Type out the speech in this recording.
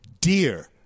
dear